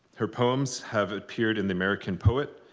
her poems have appeared in the american poet,